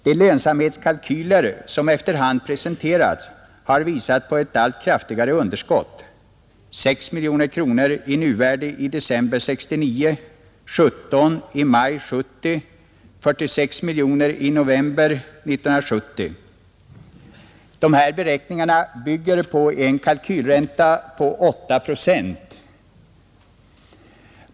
De lönsamhetskalkyler, som efter hand presenterats, har visat på ett allt kraftigare underskott — 6 miljoner kronor i nuvärde i december 1969, 17 miljoner i maj 1970 och 46 miljoner kronor i november 1970. Dessa beräkningar bygger på en kalkylränta på 8 procent.